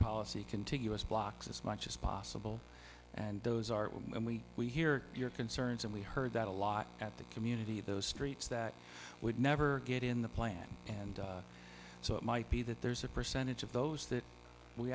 policy contiguous blocks as much as possible and those are when we we hear your concerns and we heard that a lot at the community those streets that would never get in the plan and so it might be that there's a percentage of those that we